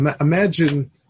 imagine